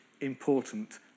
important